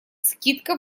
скидка